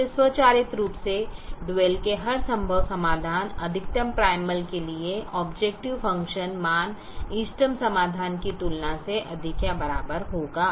इसलिए स्वचालित रूप से डुअल के हर संभव समाधान अधिकतम प्राइमल के लिए ऑबजेकटिव फंगक्शन मान इष्टतम समाधान की तुलना से अधिक या बराबर होगा